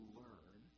learn